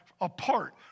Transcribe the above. apart